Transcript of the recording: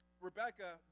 Rebecca